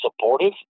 supportive